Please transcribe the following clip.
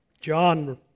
John